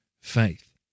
faith